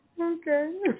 Okay